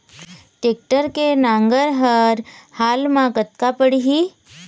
Tractor के नांगर हर हाल मा कतका पड़िही?